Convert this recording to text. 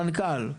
המנכ"ל.